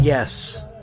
Yes